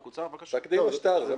יבקשו צ'קים בשביל לא להיכנס למסלול הזה.